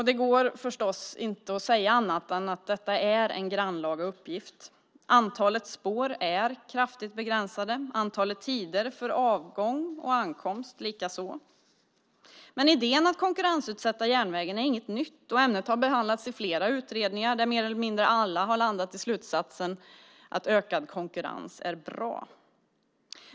Det går förstås inte att säga annat än att detta är en grannlaga uppgift. Antalet spår är kraftigt begränsat, och antalet tider för avgång och ankomst likaså. Idén att konkurrensutsätta järnvägen är inget nytt. Ämnet har behandlats i flera utredningar där mer eller mindre alla har landat i slutsatsen att ökad konkurrens är bra.